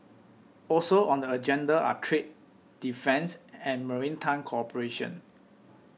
also on the agenda are trade defence and maritime cooperation